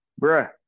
Bruh